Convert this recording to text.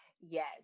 Yes